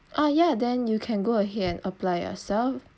uh ya then you can go ahead and apply yourself